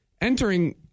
entering